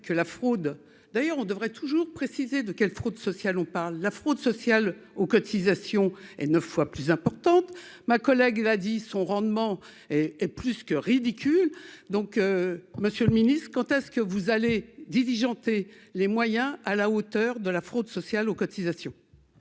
d'ailleurs on devrait toujours préciser de quelles fraudes sociales on parle la fraude sociale aux cotisations et 9 fois plus importante ma collègue, il a dit son rendement est est plus que ridicule, donc Monsieur le Ministre quand est-ce que vous allez diligentée les moyens à la hauteur de la fraude sociale aux cotisations.